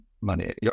money